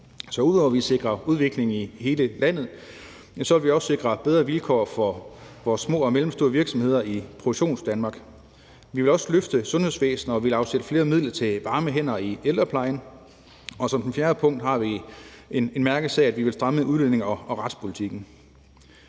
Så ud over at vi sikrer udvikling i hele landet, vil vi også sikre bedre vilkår for vores små og mellemstore virksomheder i Produktionsdanmark. Vi vil løfte sundhedsvæsenet, og vi vil afsætte flere midler til varme hænder i ældreplejen. Og som det fjerde punkt har vi en mærkesag, nemlig at vi vil stramme udlændinge- og retspolitikken.